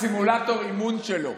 סימולטור אימון שלו.